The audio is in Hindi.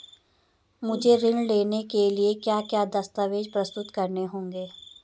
मुझे ऋण लेने के लिए क्या क्या दस्तावेज़ प्रस्तुत करने होंगे?